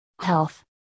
health